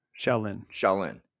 Shaolin